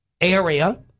area